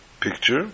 picture